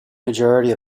majority